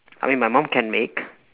I mean my mum can make